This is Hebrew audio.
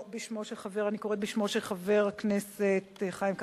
אני קוראת בשמו של חבר הכנסת חיים כץ,